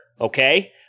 okay